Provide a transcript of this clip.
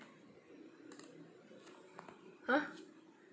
!huh!